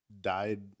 Died